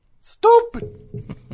Stupid